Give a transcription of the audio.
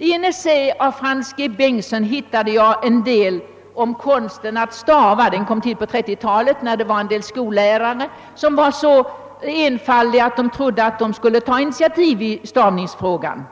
I en essä av Frans G. Bengtsson hittade jag ett kapitel om Konsten att stava. Denna essä tillkom på 1930-talet, när en del skollärare var så enfaldiga att de trodde att de skulle kunna ta initiativ i stavningsfrågan.